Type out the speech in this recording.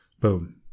boom